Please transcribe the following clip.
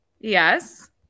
Yes